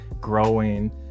growing